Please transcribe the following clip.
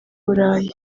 burayi